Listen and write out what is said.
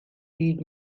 byd